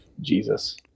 Jesus